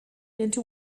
into